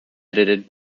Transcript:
edited